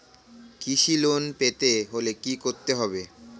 কৃষি লোন পেতে হলে কি করতে হবে?